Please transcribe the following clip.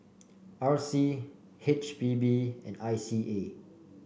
R C H P B and I C A